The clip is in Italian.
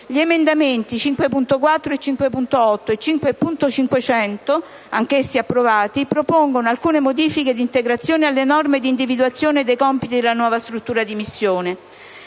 2) e 5.500 (testo corretto), anch'essi approvati, propongono alcune modifiche ed integrazioni alle norme di individuazione dei compiti della nuova struttura di missione.